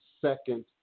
second